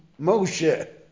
Moshe